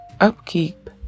upkeep